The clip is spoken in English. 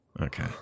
Okay